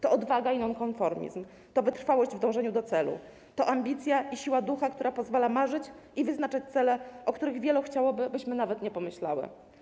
To odwaga i nonkonformizm, wytrwałość w dążeniu do celu, ambicja i siła ducha, które pozwalają marzyć i wyznaczać cele, o których wielu chciałoby, byśmy nawet nie pomyślały.